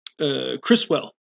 Chriswell